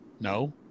No